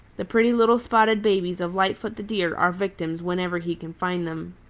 the pretty little spotted babies of lightfoot the deer are victims whenever he can find them.